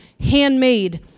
handmade